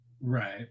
Right